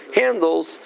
handles